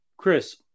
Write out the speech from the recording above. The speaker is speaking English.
Chris